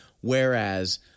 whereas